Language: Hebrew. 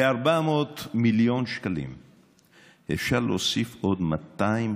ב-400 מיליון שקלים אפשר להוסיף עוד